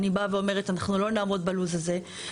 אני באה ואומרת אנחנו לא נעמוד בלו"ז הזה.